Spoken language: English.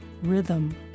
Rhythm